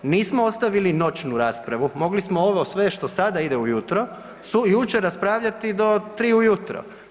Nismo ostavili noćnu raspravu, mogli smo ovo sve što sada ide ujutro jučer raspravljati do 3 ujutro.